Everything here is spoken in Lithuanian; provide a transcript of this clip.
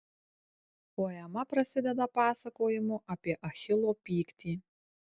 poema prasideda pasakojimu apie achilo pyktį